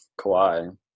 Kawhi